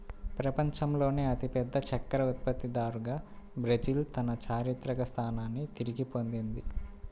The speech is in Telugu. ప్రపంచంలోనే అతిపెద్ద చక్కెర ఉత్పత్తిదారుగా బ్రెజిల్ తన చారిత్రక స్థానాన్ని తిరిగి పొందింది